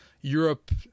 Europe